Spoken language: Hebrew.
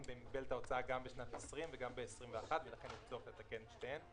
במגבלת ההוצאה גם בשנת 20' וגם ב-21' ולכן יש צורך לתקן את שתיהן.